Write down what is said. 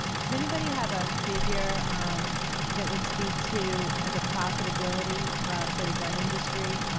does anybody have a figure um that would speak to ah the profitability for the gun industry